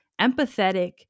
Empathetic